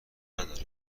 نداره